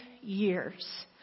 years